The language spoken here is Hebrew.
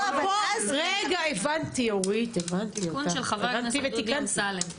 רגע, הבנתי אורית ותיקנתי.